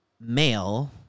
male